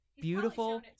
beautiful